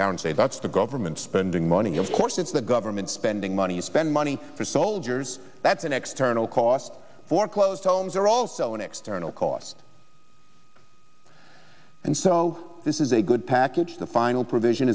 tower and say that's the government spending money of course it's the government's ending money spend money for soldiers that the next turn will cost foreclosed homes are also an external cost and so this is a good package the final provision